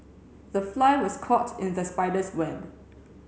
the fly was caught in the spider's web